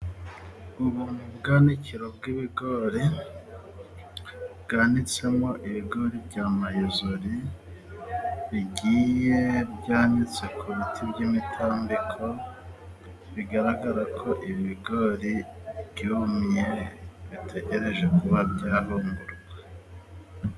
Ubu ni, ubwanikiro bw'ibigori, bwanitsemo ibigori bya mayizori, bigiye byanitse ku biti by'imitambiko, bigaragara ko ibigori byumye bitegereje kuba byahungururwa.